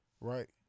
right